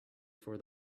for